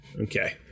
Okay